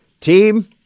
Team